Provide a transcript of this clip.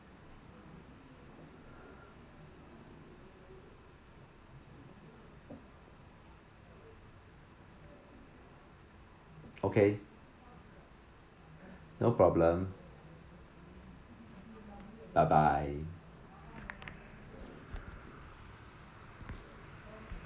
okay no problem bye bye